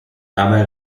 dabei